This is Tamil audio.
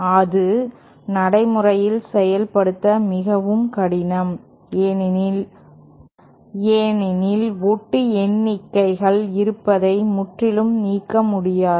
அது நடைமுறையில் செயல்படுத்த மிகவும் கடினம் ஏனெனில் ஒட்டுண்ணிகள் இருப்பதை முற்றிலும் நீக்க முடியாது